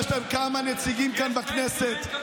יש להם כמה נציגים כאן, בכנסת.